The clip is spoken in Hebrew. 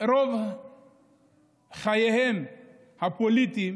רוב חייהם הפוליטיים